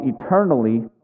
eternally